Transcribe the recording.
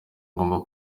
agomba